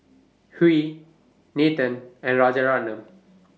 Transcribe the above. Hri Nathan and Rajaratnam